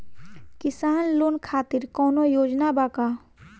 किसान लोग खातिर कौनों योजना बा का?